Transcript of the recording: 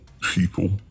people